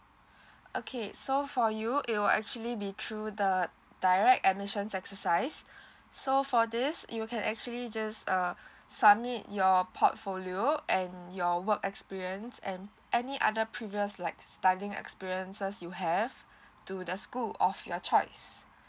okay so for you it will actually be through the direct admission exercise so for this you can actually just uh submit your portfolio and your work experience and any other previous like studying experiences you have to the school of your choice